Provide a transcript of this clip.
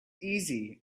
easy